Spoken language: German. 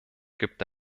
gibt